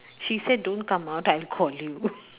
she said don't come out I'll call you